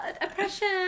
oppression